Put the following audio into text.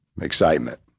excitement